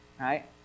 right